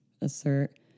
assert